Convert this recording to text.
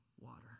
water